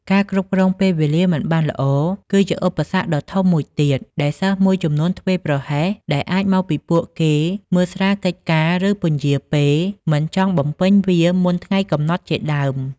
ការគ្រប់គ្រងពេលវេលាមិនបានល្អគឺជាឧបសគ្គដ៏ធំមួយទៀត ដែលសិស្សមួយចំនួនធ្វេសប្រហែលដែលអាចមកពីពួកគេមើលស្រាលកិច្ចការឫពន្យាពេលមិនចង់បំពេញវាមុនថ្ងៃកំណត់ជាដើម។